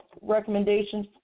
recommendations